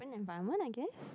environment I guess